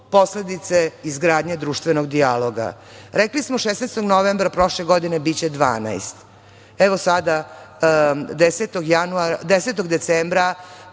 posledice izgradnje društvenog dijaloga. Rekli smo 16. novembra prošle godine biće 12. Evo sada 10. decembra